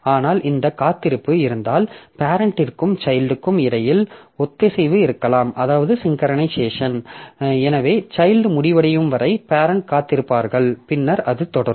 ஆனால் இந்த காத்திருப்பு இருந்தால் பேரெண்ட்டிற்கும் சைல்ட்க்கும் இடையில் ஒத்திசைவு இருக்கலாம் எனவே சைல்ட் முடிவடையும் வரை பேரெண்ட் காத்திருப்பார்கள் பின்னர் அது தொடரும்